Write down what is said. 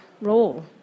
role